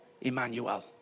Emmanuel